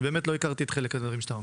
אני באמת לא הכרתי חלק מהדברים שאתה אומר.